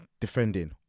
Defending